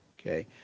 okay